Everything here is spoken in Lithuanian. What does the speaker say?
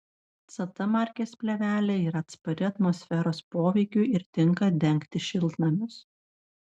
ct markės plėvelė yra atspari atmosferos poveikiui ir tinka dengti šiltnamius